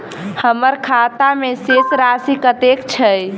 हम्मर खाता मे शेष राशि कतेक छैय?